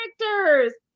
characters